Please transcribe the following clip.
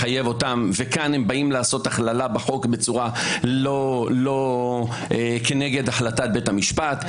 וכאן באים לעשות הכללה בחוק כנגד החלטת בית המשפט.